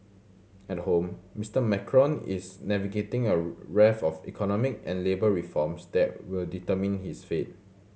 at home Mister Macron is navigating a raft of economy and labour reforms that will determine his fate